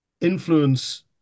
influence